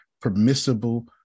permissible